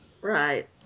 Right